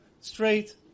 straight